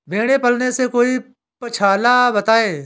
भेड़े पालने से कोई पक्षाला बताएं?